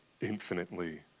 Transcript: infinitely